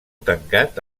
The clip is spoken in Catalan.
tancat